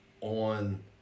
on